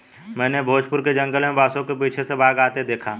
मैंने भोजपुर के जंगल में बांसों के पीछे से बाघ आते देखा